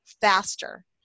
faster